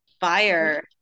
Fire